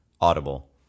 audible